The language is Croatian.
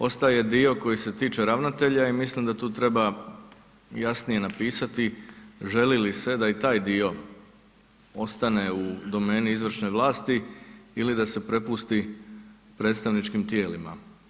Ostaje dio koji se tiče ravnatelja i mislim da tu treba jasnije napisati želi li se i da taj dio ostane u domeni izvršne vlasti ili da se prepusti predstavničkim tijelima.